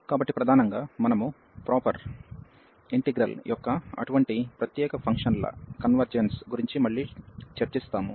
కాబట్టి ప్రధానంగా మనము ప్రాపర్ ఇంటిగ్రల్ యొక్క అటువంటి ప్రత్యేక ఫంక్షన్ల కన్వెర్జెన్స్ గురించి మళ్ళీ చర్చిస్తాము